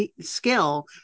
skill